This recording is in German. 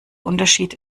unterschied